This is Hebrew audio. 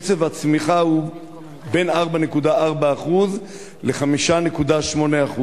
קצב הצמיחה הוא בין 4.4% ל-5.8%.